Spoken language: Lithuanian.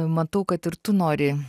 matau kad ir tu nori